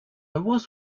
was